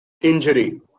Injury